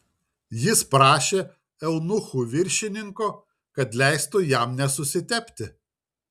jis prašė eunuchų viršininko kad leistų jam nesusitepti